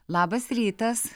labas rytas